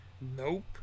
nope